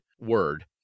word